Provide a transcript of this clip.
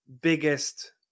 biggest